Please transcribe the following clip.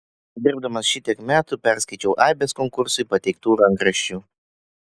dirbdamas šitiek metų perskaičiau aibes konkursui pateiktų rankraščių